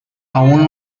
aún